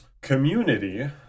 community